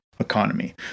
economy